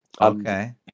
okay